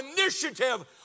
initiative